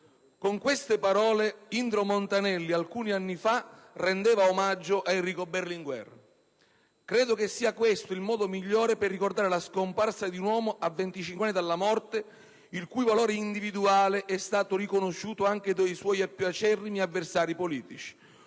Con queste parole, Indro Montanelli alcuni anni fa rendeva omaggio ad Enrico Berlinguer. Credo sia questo il modo migliore per ricordare la scomparsa di un uomo a venticinque anni dalla morte, il cui valore individuale è stato riconosciuto anche dai suoi più acerrimi avversari politici.